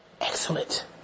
Excellent